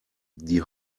die